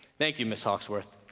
thank you, ms. hawksworth